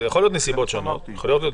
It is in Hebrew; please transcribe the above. זה מה שאמרתי.